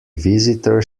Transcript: visitor